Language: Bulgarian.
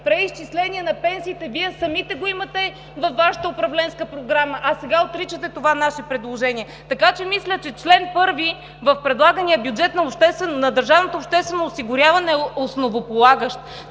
„Преизчисление на пенсиите.“ Вие самите го имате във Вашата Управленска програма, а сега отричате това наше предложение. Мисля, че чл. 1 в предлагания бюджет на държавното обществено осигуряване е основополагащ.